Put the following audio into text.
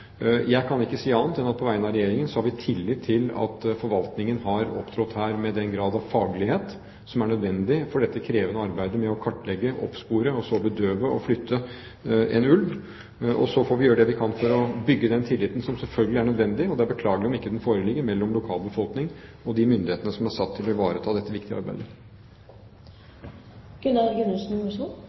vi tillit til at forvaltningen her har opptrådt med den grad av faglighet som er nødvendig for dette krevende arbeidet med å kartlegge, oppspore, bedøve og flytte en ulv. Så får vi gjøre det vi kan for å bygge den tilliten som selvfølgelig er nødvendig. Det er beklagelig om den ikke foreligger mellom lokalbefolkningen og de myndighetene som er satt til å ivareta dette viktige arbeidet.